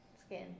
Skin